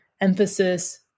emphasis